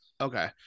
Okay